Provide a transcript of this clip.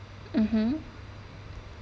mmhmm